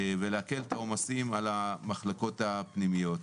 ולהקל את העומסים על המחלקות הפנימיות.